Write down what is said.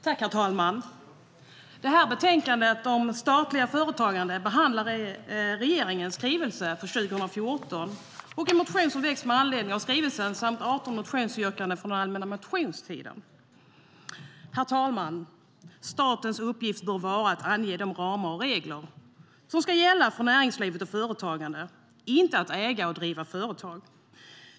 Herr talman! Betänkandet om statliga företag behandlar regeringens skrivelse 140 för år 2014, en motion som väckts med anledning av skrivelsen samt 18 motionsyrkanden från den allmänna motionstiden. Herr talman! Statens uppgift bör vara att ange de ramar och regler som ska gälla för näringslivet och företagen, inte att äga och driva företag.